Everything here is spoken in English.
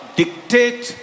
dictate